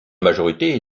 majorité